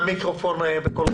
שלכם.